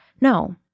No